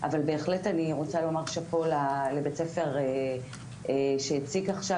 אבל בהחלט אני רוצה לומר שלבית הספר שהציג עכשיו,